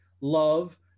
love